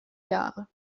jahre